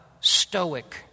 stoic